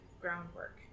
groundwork